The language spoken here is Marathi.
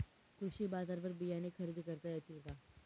कृषी बाजारवर बियाणे खरेदी करता येतील का?